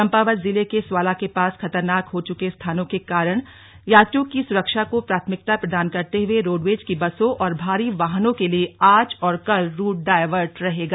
चम्पावत जिले के स्वाला के पास खतरनाक हो चुके स्थान के कारण यात्रियों की सुरक्षा को प्राथमिकता प्रदान करते हुए रोडवेज की बसों और भारी वाहनों के लिए आज और कल रूट डाइवर्ट रहेगा